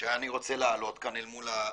שאני רוצה להעלות כאן אל מול המשתתפים.